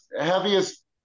heaviest